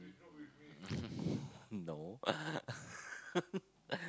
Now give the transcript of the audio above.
no